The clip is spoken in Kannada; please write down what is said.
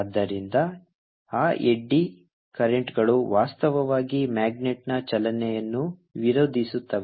ಆದ್ದರಿಂದ ಆ ಎಡ್ಡಿ ಕರೆಂಟ್ಗಳು ವಾಸ್ತವವಾಗಿ ಮ್ಯಾಗ್ನೆಟ್ನ ಚಲನೆಯನ್ನು ವಿರೋಧಿಸುತ್ತವೆ